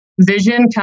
vision